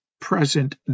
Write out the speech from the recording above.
present